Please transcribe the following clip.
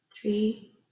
three